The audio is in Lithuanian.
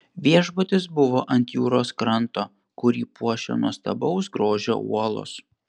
viešbutis buvo ant jūros kranto kurį puošia nuostabaus grožio uolos